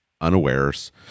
unawares